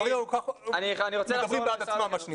הדברים מדברים בעד עצמם, מה שנקרא.